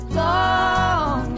long